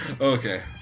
okay